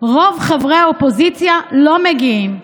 רוב חברי האופוזיציה לא מגיעים.